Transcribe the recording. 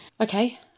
Okay